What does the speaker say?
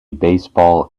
baseball